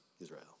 Israel